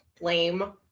Lame